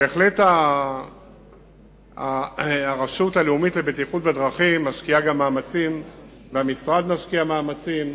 בהחלט הרשות הלאומית לבטיחות בדרכים משקיעה מאמצים והמשרד משקיע מאמצים,